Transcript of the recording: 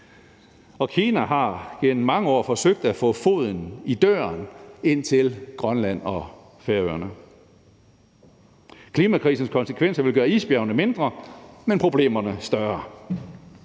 Og Kina har gennem mange år forsøgt at få foden i døren ind til Grønland og Færøerne. Klimakrisens konsekvenser vil gøre isbjergene mindre, men problemerne større.